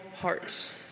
hearts